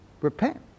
Repent